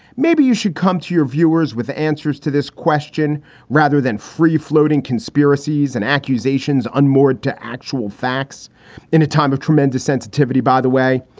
maybe you should come to your viewers with the answers to this question rather than free floating conspiracies and accusations unmoored to actual facts in a time of tremendous sensitivity, by the way.